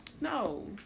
no